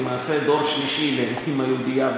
הוא למעשה דור שלישי לאימא יהודייה,